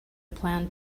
plan